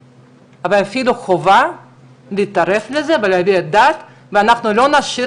ואפילו חובה להתערב בזה ולהביע דעה ואנחנו לא נשאיר